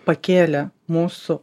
pakėlė mūsų